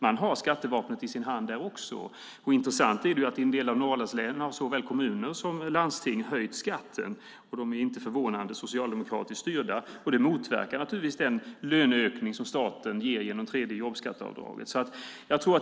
Man har skattevapnet i sin hand där också. I en del av Norrlandslänen har såväl kommuner som landsting höjt skatten. De är inte förvånande socialdemokratiskt styrda. Det motverkar naturligtvis den löneökning som staten ger genom tredje jobbskatteavdraget.